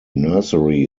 nursery